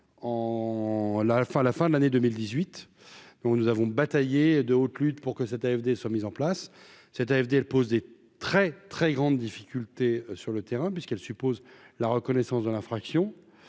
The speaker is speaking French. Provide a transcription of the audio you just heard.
la fin de l'année 2018 on nous avons bataillé de haute lutte pour que cette AFD soit mises en place cette AFDL pose des très très grandes difficultés sur le terrain puisqu'elle suppose la reconnaissance de l'infraction